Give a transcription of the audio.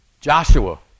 Joshua